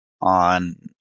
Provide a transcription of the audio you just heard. on